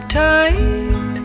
tight